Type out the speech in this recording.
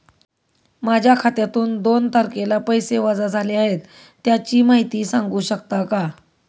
माझ्या खात्यातून दोन तारखेला पैसे वजा झाले आहेत त्याची माहिती सांगू शकता का?